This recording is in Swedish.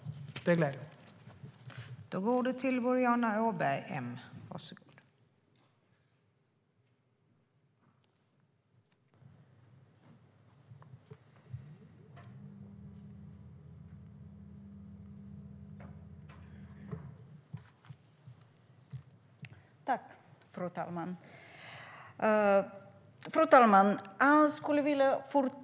Det gläder mig.